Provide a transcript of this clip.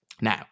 Now